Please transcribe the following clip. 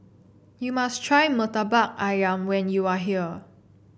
you must try Murtabak ayam when you are here